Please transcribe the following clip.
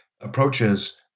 approaches